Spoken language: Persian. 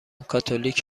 کاتولیک